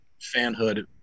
fanhood